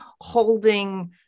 holding